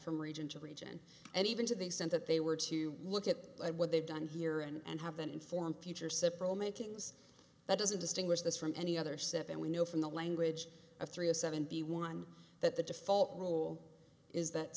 from region to region and even to the extent that they were to look at what they've done here and have an informed future sipper all makings that doesn't distinguish this from any other set and we know from the language of three of seventy one that the default rule is that